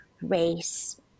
race